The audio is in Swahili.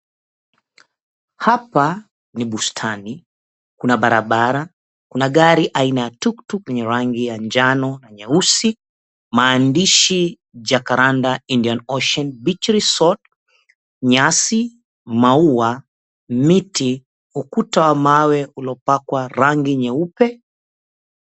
Hapa ni bustani, kuna barabara, kuna gari aina ya tuktuk yenye rangi ya njano na nyeusi, maandishi, Jacaranda Indian Ocean Beach Resort, nyasi, maua, miti, ukuta wa mawe uliopakwa rangi nyeupe.